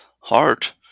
heart